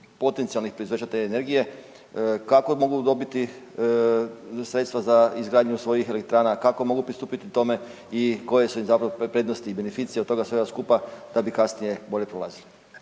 potencijalnih proizvođača te energije. Kako mogu dobiti sredstva za izgradnju svojih elektrana, kako mogu pristupiti tome i koje su im zapravo prednosti i beneficije od toga svega skupa da bi kasnije bolje prolazili?